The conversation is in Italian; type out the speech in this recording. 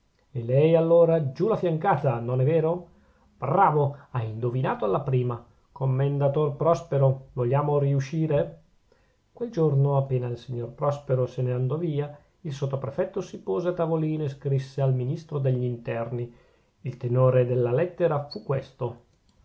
e lei allora giù la fiancata non è vero bravo ha indovinato alla prima commendator prospero vogliamo riuscire quel giorno appena il signor prospero se ne andò via il sottoprefetto si pose a tavolino e scrisse al ministro degl'interni il tenore della lettera fu questo